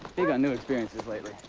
big on new experiences lately.